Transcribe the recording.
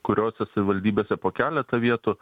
kuriose savivaldybėse po keletą vietų